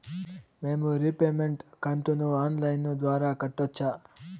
మేము రీపేమెంట్ కంతును online ద్వారా కట్టొచ్చా